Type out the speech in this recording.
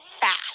fast